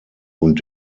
und